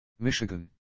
Michigan